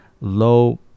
low